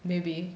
maybe